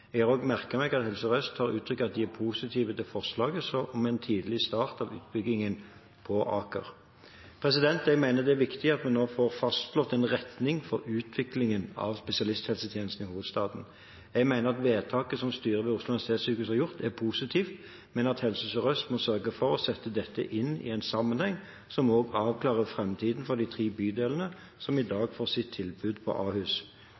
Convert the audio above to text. Jeg har også merket meg at Helse Sør-Øst har uttrykt at de er positive til forslaget om en tidlig start av utbyggingen på Aker. Jeg mener det er viktig at vi nå får fastslått en retning for utviklingen av spesialisthelsetjenesten i hovedstaden. Jeg mener at vedtaket som styret ved Oslo universitetssykehus har gjort, er positivt, men at Helse Sør-Øst må sørge for å sette dette inn i en sammenheng som også avklarer framtiden for de tre bydelene som i dag får sitt tilbud på Ahus.